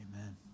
Amen